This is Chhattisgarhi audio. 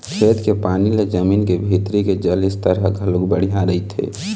खेत के पानी ले जमीन के भीतरी के जल स्तर ह घलोक बड़िहा रहिथे